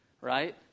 right